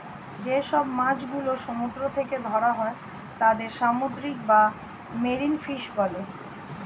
যে সব মাছ গুলো সমুদ্র থেকে ধরা হয় তাদের সামুদ্রিক বা মেরিন ফিশ বলে